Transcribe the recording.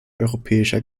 europäischer